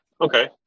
Okay